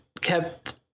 kept